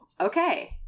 okay